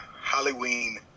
Halloween